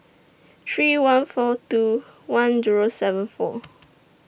three one four two one Zero seven four